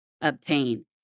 obtain